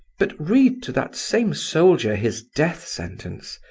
but read to that same soldier his death-sentence,